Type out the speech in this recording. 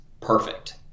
perfect